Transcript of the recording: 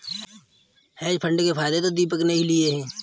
hedge fund के फायदे तो दीपक ने ही लिए है